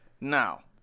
Now